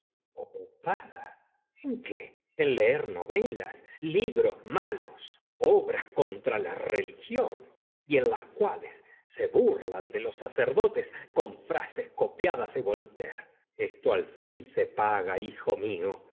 en qué en leer novelas libros malos obras contra la religión y en las cuales se burlan de los sacerdotes con frases copiadas de voltaire esto al fin se paga hijo mío